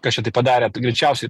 kas čia taip padarė greičiausiai